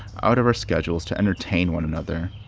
out of our schedules to entertain one another.